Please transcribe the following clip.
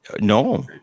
No